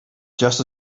just